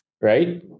right